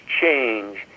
change